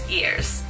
ears